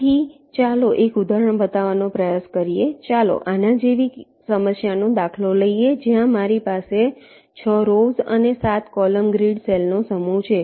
તેથી ચાલો એક ઉદાહરણ બતાવવાનો પ્રયાસ કરીએ ચાલો આના જેવી સમસ્યાનો દાખલો લઈએ જ્યાં મારી પાસે 6 રોવ્સ અને 7 કૉલમ ગ્રીડ સેલનો સમૂહ છે